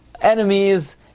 enemies